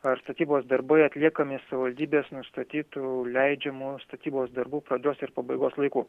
ar statybos darbai atliekami savivaldybės nustatytų leidžiamų statybos darbų pradžios ir pabaigos laiku